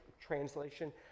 translation